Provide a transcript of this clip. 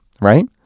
right